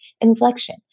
inflection